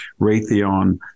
Raytheon